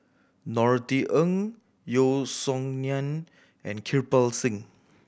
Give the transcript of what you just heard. Norothy Ng Yeo Song Nian and Kirpal Singh